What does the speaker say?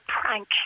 prank